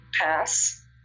pass